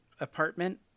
apartment